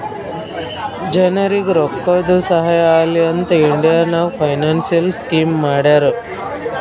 ಜನರಿಗ್ ರೋಕ್ಕಾದು ಸಹಾಯ ಆಲಿ ಅಂತ್ ಇಂಡಿಯಾ ನಾಗ್ ಫೈನಾನ್ಸಿಯಲ್ ಸ್ಕೀಮ್ ಮಾಡ್ಯಾರ